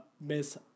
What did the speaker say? Miss